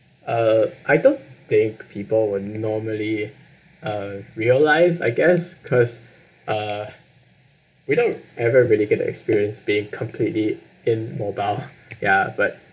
uh I don't think people will normally uh realise I guess cause uh we don't ever really get the experience being completely immobile ya but